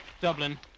Dublin